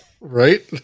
right